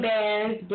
Bands